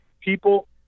people